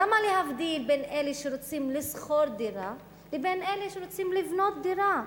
למה להבדיל בין אלה שרוצים לשכור דירה לבין אלה שרוצים לבנות דירה?